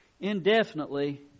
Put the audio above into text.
indefinitely